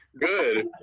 Good